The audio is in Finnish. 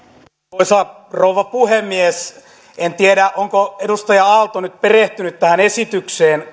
arvoisa rouva puhemies en tiedä kuinka tarkasti edustaja aalto on nyt perehtynyt tähän esitykseen